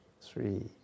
Three